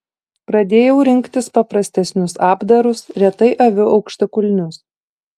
pradėjau rinktis paprastesnius apdarus retai aviu aukštakulnius